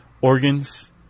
organs